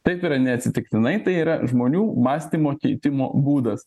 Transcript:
taip yra neatsitiktinai tai yra žmonių mąstymo keitimo būdas